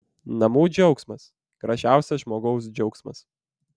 namų džiaugsmas gražiausias žmogaus džiaugsmas